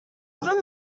album